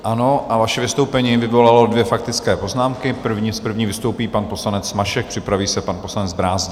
Ano a vaše vystoupení vyvolalo dvě faktické poznámky, s první vystoupí pan poslanec Mašek, připraví se pan poslanec Brázdil.